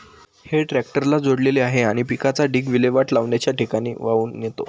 हे ट्रॅक्टरला जोडलेले आहे आणि पिकाचा ढीग विल्हेवाट लावण्याच्या ठिकाणी वाहून नेतो